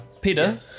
Peter